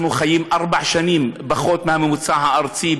אנחנו חיים ארבע שנים פחות מהממוצע הארצי,